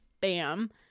bam